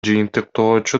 жыйынтыктоочу